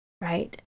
right